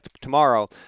tomorrow